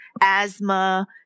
asthma